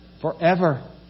Forever